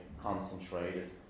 concentrated